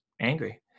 angry